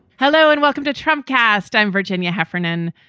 hello and welcome to trump cast. i'm virginia heffernan.